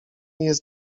jest